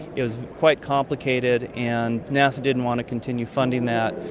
it was quite complicated and nasa didn't want to continue funding that,